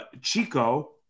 Chico